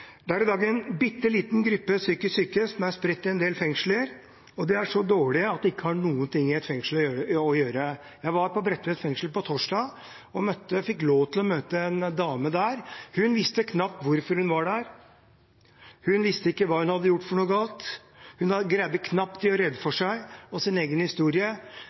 Det er i dag en bitte liten gruppe psykisk syke som er spredt i en del fengsler, og de er så dårlige at de ikke har noen ting i et fengsel å gjøre. Jeg var på Bredtveit fengsel på torsdag og fikk lov til å møte en dame der. Hun visste knapt hvorfor hun var der. Hun visste ikke hva hun hadde gjort galt. Hun greide knapt å gjøre rede for seg og sin egen historie.